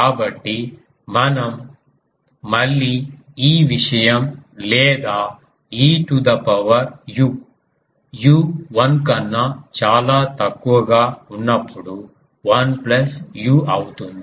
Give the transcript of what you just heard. కాబట్టి మనం మళ్ళీ ఈ విషయం లేదా e to the power u u 1 కన్నా చాలా తక్కువగా ఉన్నప్పుడు 1 ప్లస్ u అవుతుంది